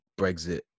Brexit